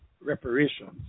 reparations